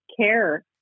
care